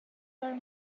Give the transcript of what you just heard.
were